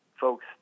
folks